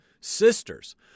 sisters